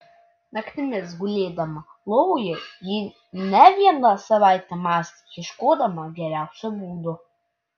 naktimis gulėdama lovoje ji ne vieną savaitę mąstė ieškodama geriausio būdo